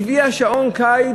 שעון קיץ,